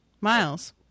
Miles